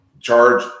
charge